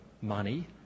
money